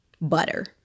Butter